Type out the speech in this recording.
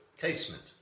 Casement